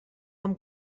amb